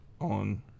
on